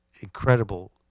incredible